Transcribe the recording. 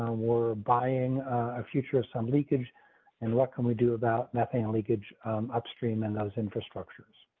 we're buying a future of somebody and what can we do about that family upstream and those infrastructures.